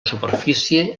superfície